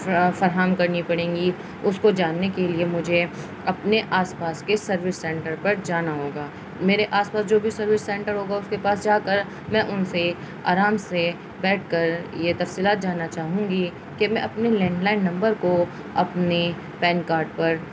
فراہم کرنی پڑیں گی اس کو جاننے کے لیے مجھے اپنے آس پاس کے سروس سینٹر پر جانا ہوگا میرے آس پاس جو بھی سروس سینٹر ہوگا اس کے پاس جا کر میں ان سے آرام سے بیٹھ کر یہ تفصیلات جاننا چاہوں گی کہ میں اپنے لینڈلائن نمبر کو اپنے پین کارڈ پر